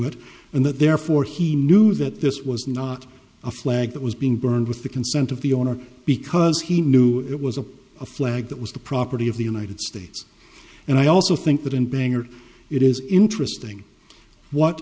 it and that therefore he knew that this was not a flag that was being burned with the consent of the owner because he knew it was a flag that was the property of the united states and i also think that in bangor it is interesting what